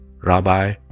Rabbi